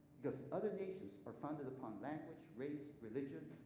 because other nations are founded upon language, race, religion